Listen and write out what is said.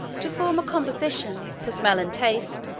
to form a composition, for smell and taste,